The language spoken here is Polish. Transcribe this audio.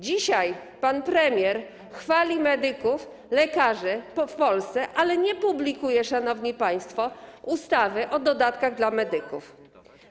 Dzisiaj pan premier chwali medyków, lekarzy w Polsce, ale nie publikuje, szanowni państwo, ustawy o dodatkach dla medyków.